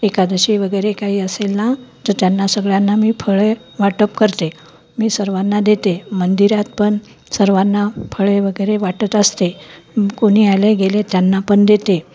एकादशी वगैरे काही असेल ना तर त्यांना सगळ्यांना मी फळे वाटप करते मी सर्वांना देते मंदिरात पण सर्वांना फळे वगैरे वाटत असते कोणी आले गेले त्यांना पण देते